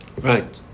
Right